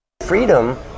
Freedom